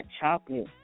chocolate